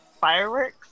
fireworks